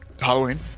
Halloween